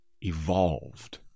evolved